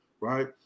right